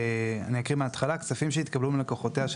אני אקריא מההתחלה "כספים שהתקבלו מלקוחותיה של